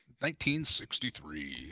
1963